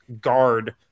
guard